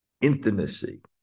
Intimacy